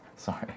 Sorry